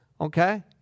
Okay